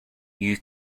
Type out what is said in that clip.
you